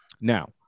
Now